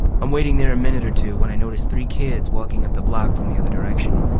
i'm waiting there a minute or two when i notice three kids walking up the block from the other direction.